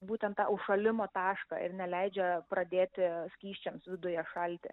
būtent tą užšalimo tašką ir neleidžia pradėti skysčiams viduje šalti